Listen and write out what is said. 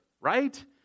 right